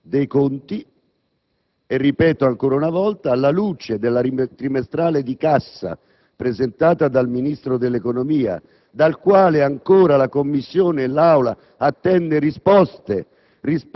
dei conti: lo ripeto ancora una volta, alla luce della trimestrale di cassa, presentata dal Ministro dell'economia, dal quale ancora la Commissione e l'Assemblea attendono risposte